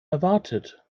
erwartet